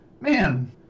Man